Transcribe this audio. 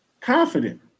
confident